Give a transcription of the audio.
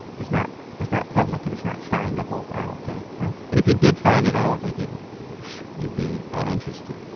it's not it's not public and it's not findable i don't think. and if you did find it, i don't think you'd you'd be uninterested.